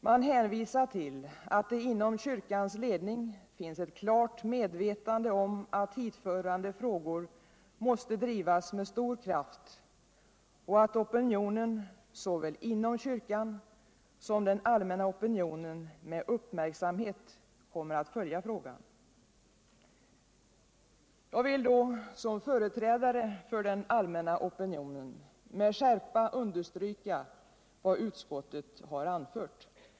Man hänvisar till att det inom kyrkans ledning finns ett klart medvetande om att hithörande frågor måste drivas med stor kraft och att såväl opinionen inom kyrkan som den allmänna opinionen med uppmärksamhet kommer att följa frågan. Jag vill då som företrädare för den allmänna opinionen med skärpa understryka vad utskottet har anfört.